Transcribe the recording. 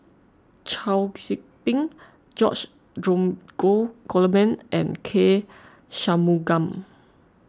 Chau Sik Ting George Dromgold Coleman and K Shanmugam